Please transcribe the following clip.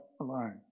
alone